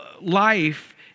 life